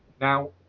Now